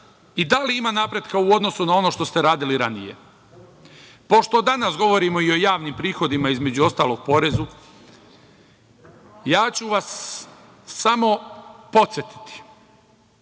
i da li ima napretka u odnosu na ono što ste radili ranije. Pošto danas govorimo i o javnim prihodima, između ostalog, porezu, samo ću vas podsetiti.